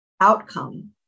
outcome